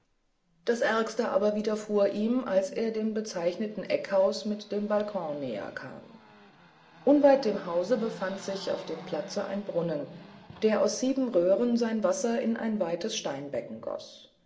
das ärgste aber widerfuhr ihm als er dem bezeichneten eckhause mit dem balkon näher kam unweit dem hause befand sich auf dem platze ein brunnen der aus sieben röhren sein wasser in ein weiter steinbecken goß